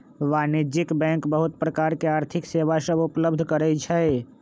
वाणिज्यिक बैंक बहुत प्रकार के आर्थिक सेवा सभ उपलब्ध करइ छै